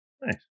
Nice